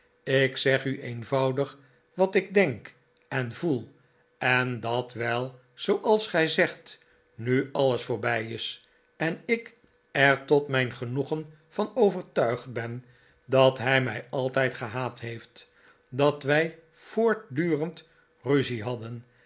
ik zeg u eenvoudig wat ik denk en voel en dat wel zooals gi zegt nu alles voorbij is en ik er tot mijn genoegen van overtuigd ben dat hij mij altijd gehaat heeft dat wij voortdurend ruzie hadden